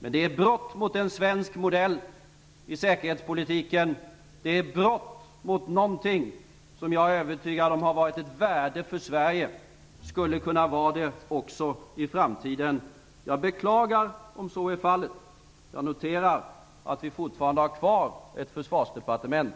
Men det är ett brott mot en svensk modell i säkerhetspolitiken. Det är ett brott mot något som jag är övertygad om har varit ett värde för Sverige, och skulle kunna vara det också i framtiden. Jag beklagar om så är fallet. Jag noterar att vi fortfarande har ett försvarsdepartement.